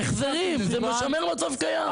החזרים, זה משמר מצב קיים.